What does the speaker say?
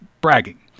bragging